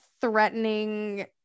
threatening